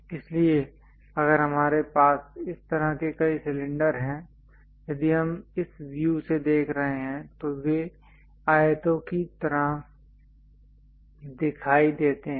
इसलिए अगर हमारे पास इस तरह के कई सिलेंडर हैं यदि हम इस व्यू से देख रहे हैं तो वे आयतों की तरह दिखाई देते हैं